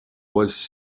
was